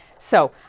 so.